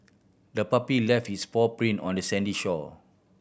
the puppy left its paw print on the sandy shore